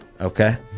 Okay